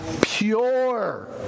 pure